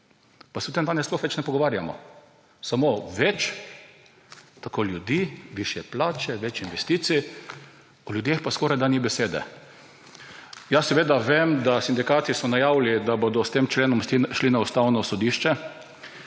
Pa se o tem danes sploh več ne pogovarjamo samo več tako ljudi, višje plače, več investicij, o ljudeh pa skoraj, da ni besede. Jaz seveda vem, da sindikati so najavili, da bodo s tem členom šli na Ustavno sodišče,